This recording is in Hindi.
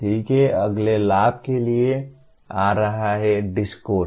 ठीक है अगले लाभ के लिए आ रहा है डिस्कोर्स